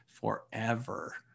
forever